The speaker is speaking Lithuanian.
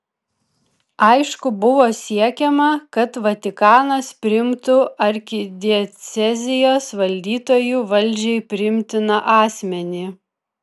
aišku buvo siekiama kad vatikanas priimtų arkidiecezijos valdytoju valdžiai priimtiną asmenį